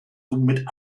somit